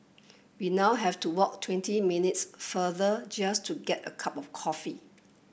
we now have to walk twenty minutes further just to get a cup of coffee